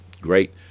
great